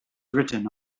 written